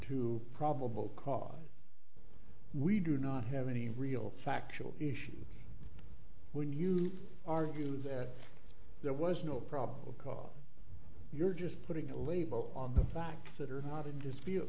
to probable cause we do not have any real factual issue when you argue that there was no probable cause you're just putting a label on the facts that are not a dispute